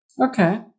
Okay